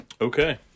Okay